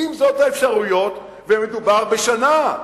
אם אלה האפשרויות, ומדובר בשנה,